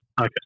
okay